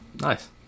Nice